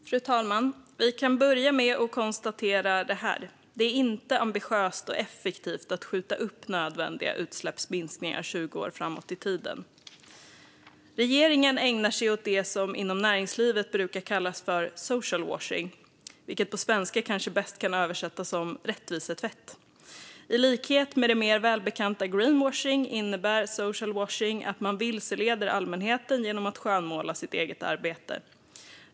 Fru talman! Vi kan börja med att konstatera att det inte är ambitiöst och effektivt att skjuta upp nödvändiga utsläppsminskningar i 20 år. Regeringen ägnar sig åt det som inom näringslivet brukar kallas social washing, vilket på svenska kanske bäst kan översättas som rättvisetvätt. I likhet med det mer välbekanta greenwashing innebär social washing att man vilseleder allmänheten genom att skönmåla sitt eget arbete.